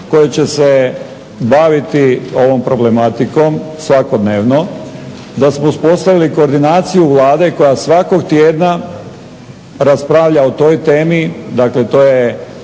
koji će se baviti ovom problematikom svakodnevno, da smo uspostavili koordinaciju Vlade koja svakog tjedna raspravlja o toj temi, dakle to je